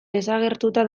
desagertuta